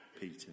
Peter